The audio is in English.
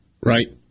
right